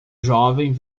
jovem